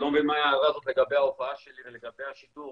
אני לא מבין מה ההערה הזאת לגבי ההופעה שלי ולגבי השידור,